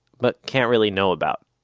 but can't really know about.